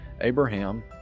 Abraham